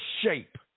shape